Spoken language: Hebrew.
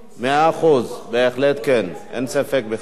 מאה אחוז, בהחלט כן, אין ספק בכלל.